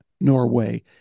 Norway